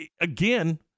again